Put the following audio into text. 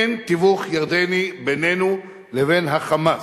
אין תיווך ירדני בינינו לבין "חמאס",